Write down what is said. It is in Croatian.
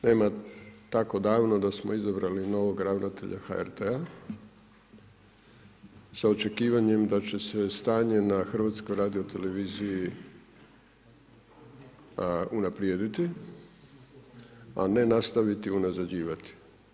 Nema tako davno da smo izabrali novog ravnatelja HRT-a sa očekivanjem da će se stanje na HRT-u unaprijediti, a ne nastaviti unazađivati.